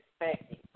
expecting